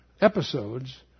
episodes